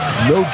no